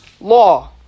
law